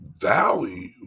value